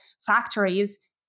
factories